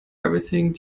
everything